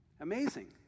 Amazing